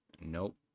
nope